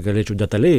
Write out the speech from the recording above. galėčiau detaliai